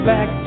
Back